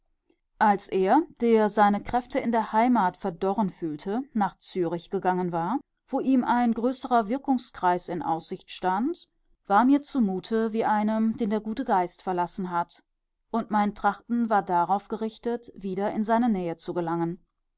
als er der seine kräfte in der heimat verdorren fühlte nach zürich gegangen war wo ihm ein größerer wirkungskreis in aussicht stand war mir zumute wie einem den der gute geist verlassen hat und mein trachten war darauf gerichtet wieder in seine nähe zu gelangen